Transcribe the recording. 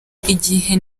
igihe